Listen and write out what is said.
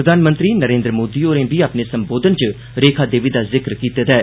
प्रधानमंत्री नरेन्द्र मोदी होर बी अपने संबोधन च रेखा देवी दा जिक्र करी चुके दे न